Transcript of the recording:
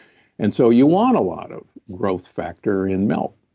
and so you want a lot of growth factor in milk.